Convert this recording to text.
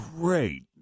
great